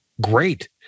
great